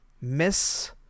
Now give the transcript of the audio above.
Miss